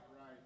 right